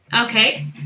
Okay